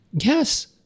Yes